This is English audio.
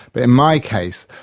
but in my case,